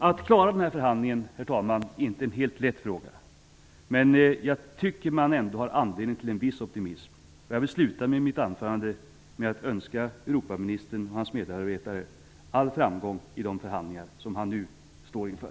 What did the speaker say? Att klara den här förhandlingen, herr talman, är inte helt lätt, men jag tycker att man ändå har anledning till viss optimism. Jag vill därför sluta mitt anförande med att önska Europaministern och hans medarbetare all framgång i de förhandlingar som han nu står inför.